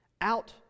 out